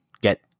get